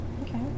Okay